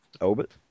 Albert